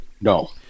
No